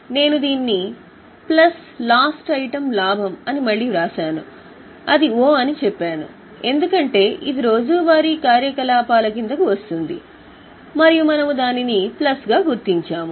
నేను దీన్ని plus last item లాభం అని మళ్ళీ వ్రాసాను అది O అని చెప్పాను ఎందుకంటే ఇది రోజువారీ కార్యకలాపాల కిందకు వస్తుంది మరియు మనము దానిని ప్లస్గా గుర్తించాము